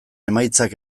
emaitzak